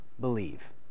believe